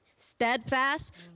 Steadfast